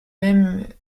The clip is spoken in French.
même